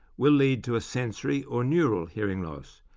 will lead to a sensory or neural hearing loss,